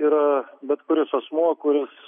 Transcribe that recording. yra bet kuris asmuo kuris